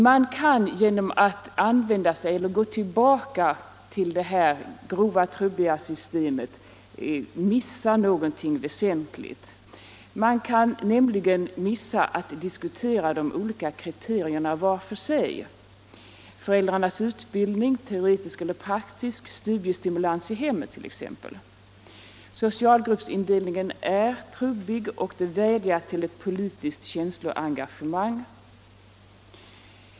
Man kan genom att använda sig av detta grova system missa någonting väsentligt — nämligen möjligheter att diskutera de olika kriterierna var för sig, t.ex. föräldrarnas utbildning, teoretisk eller praktisk, och studiestimulansen i hemmet. Socialgruppsindelningen är trubbig och den vädjar till ett politiskt känsloengagemang.